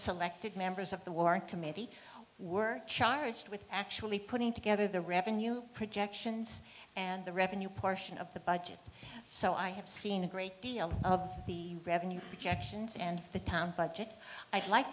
selected members of the war committee were charged with actually putting together the revenue projections and the revenue portion of the budget so i have seen a great deal of the revenue projections and the town budget i'd like